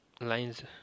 lines